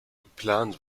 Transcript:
geplant